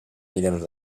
milions